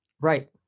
right